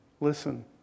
listen